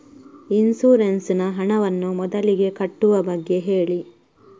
insurance ನ ಹಣವನ್ನು ಮೊದಲಿಗೆ ಕಟ್ಟುವ ಬಗ್ಗೆ ಹೇಳಿ